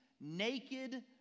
naked